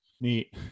neat